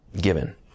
given